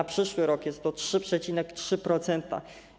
Na przyszły rok jest to 3,3%.